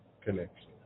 connection